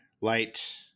light